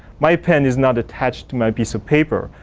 my pen is not attached to my piece of paper.